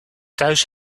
thuis